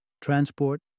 transport